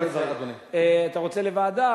אתה רוצה לוועדה?